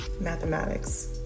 mathematics